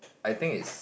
I think is